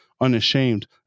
unashamed